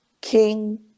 king